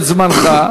על כלכלה,